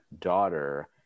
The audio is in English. daughter